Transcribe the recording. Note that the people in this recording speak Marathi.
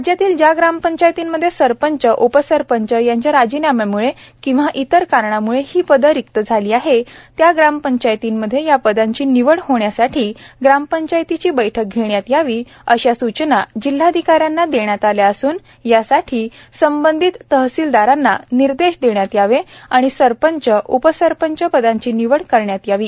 राज्यातील ज्या ग्रामपंचायतींमध्ये सरपंच उपसरपंच यांच्या राजीनाम्याम्ळे किंवा इतर कारणाने ही पदे रिक्त झाली आहेतत्या ग्रामपंचायतींमध्ये या पदांची निवड होण्यासाठी ग्रामपंचायतीची बैठक घेण्यात यावी अशा सूचना जिल्हाधिकाऱ्यांना देण्यात आल्या असून यासाठी संबंधीत तहसीलदारांना निर्देश देण्यात यावेत व सरपंच उपसरपंच पदांची निवड करण्यात यावी